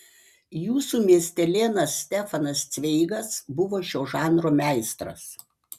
jūsų miestelėnas stefanas cveigas buvo šio žanro meistras